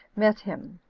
met him.